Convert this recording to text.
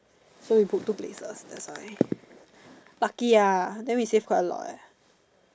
so we book two places that's why lucky ah then we save quite a lot leh